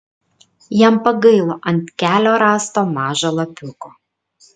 jam pagailo ant kelio rasto mažo lapiuko